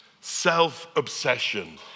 self-obsession